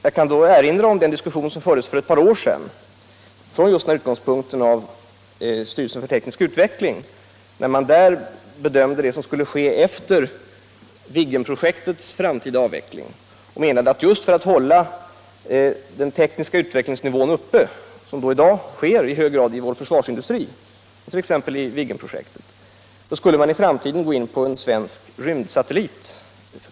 Jag kan här erinra om den diskussion som fördes för ett par år sedan från en utgångspunkt som styrelsen för teknisk utveckling hade, när man där bedömde vad som skulle ske eftér Viggenprojektets framtida avveckling. Man menade då att just för att hålla den tekniska utvecklingsnivån uppe — såsom i dag sker i vår försvarsindustri i samband med Viggenprojektet — skulle man i framtiden gå in för att framställa en svensk rymdsatellit.